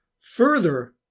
Further